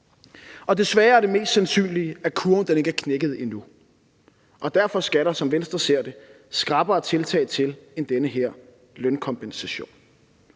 og desværre er det mest sandsynlige, at kurven ikke er knækket endnu, og derfor skal der, som Venstre ser det, skrappere tiltag til end den her lønkompensation.